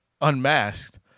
unmasked